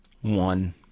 one